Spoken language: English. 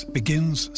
begins